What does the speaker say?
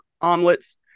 omelets